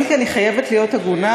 אם כי אני חייבת להיות הגונה,